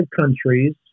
countries